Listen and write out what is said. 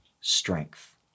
strength